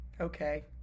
okay